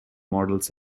models